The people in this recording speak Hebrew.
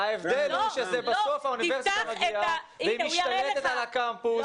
ההבדל הוא שבסוף זו האוניברסיטה מביאה והיא משתלטת על הקמפוס.